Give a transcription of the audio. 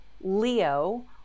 Leo